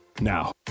Now